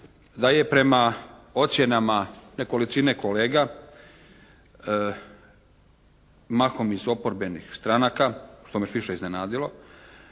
da je prema ocjenama nekolicine kolega mahom iz oporbenih stranaka, što me je još više iznenadilo